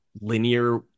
linear